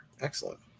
Excellent